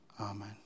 Amen